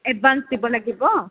advance দিব লাগিব